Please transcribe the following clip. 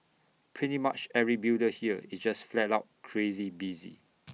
pretty much every builder here is just flat out crazy busy